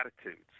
attitudes